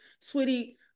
Sweetie